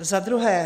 Za druhé.